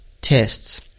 tests